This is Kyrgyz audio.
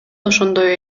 ошондой